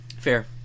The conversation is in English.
Fair